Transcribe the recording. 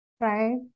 right